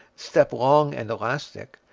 step long and elastic,